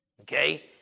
Okay